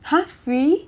!huh! free